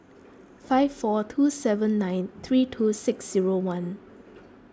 five four two seven nine three two six zero one